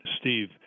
Steve